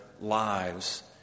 lives